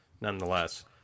nonetheless